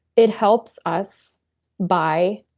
it helps us by